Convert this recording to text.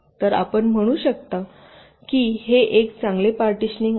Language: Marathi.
तर आपण म्हणू शकतो की हे एक चांगले पार्टिशनिंग आहे